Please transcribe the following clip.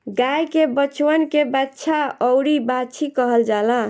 गाय के बचवन के बाछा अउरी बाछी कहल जाला